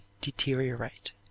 Deteriorate